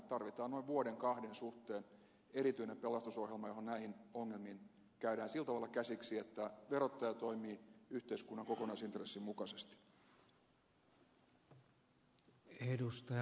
tarvitaan noin vuoden kahden suhteen erityinen pelastusohjelma jolloin näihin ongelmiin käydään sillä tavalla käsiksi että verottaja toimii yhteiskunnan kokonaisintressin mukaisesti